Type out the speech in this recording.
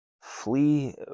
flee